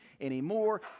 anymore